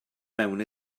mewn